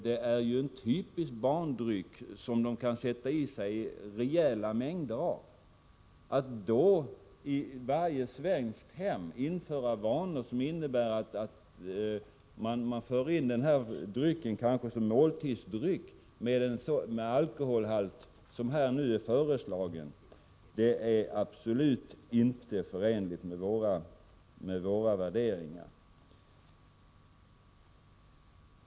Det är en typisk barndryck som de kan sätta i sig rejäla mängder av. Att i varje svenskt hem införa vanor, som innebär att man kanske använder denna dryck med den nu föreslagna alkoholhalten såsom en måltidsdryck är absolut oförenligt med våra värderingar.